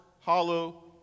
hollow